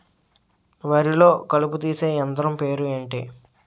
వరి లొ కలుపు తీసే యంత్రం పేరు ఎంటి?